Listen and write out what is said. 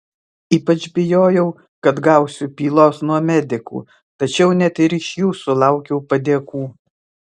ypač bijojau kad gausiu pylos nuo medikų tačiau net ir iš jų sulaukiau padėkų